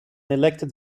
elected